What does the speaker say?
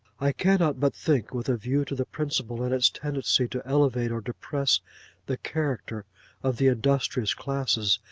i cannot but think, with a view to the principle and its tendency to elevate or depress the character of the industrious classes,